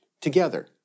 together